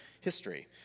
history